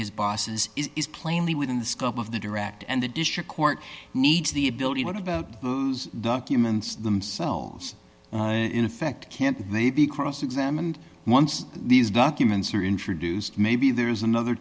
his bosses is plainly within the scope of the direct and the district court needs the ability what about documents themselves in effect can't they be cross examined once these documents are introduced maybe there is another